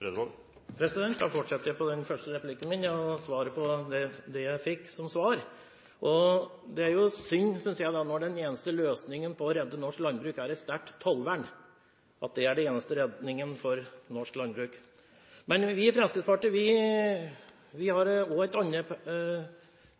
landet. Da fortsetter jeg på den første replikken min og det jeg fikk som svar. Det er synd, synes jeg, når den eneste løsningen på å redde norsk landbruk er et sterkt tollvern, at det er den eneste redningen for norsk landbruk. Vi i Fremskrittspartiet har også en annen